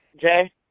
Jay